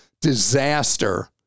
disaster